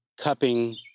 cupping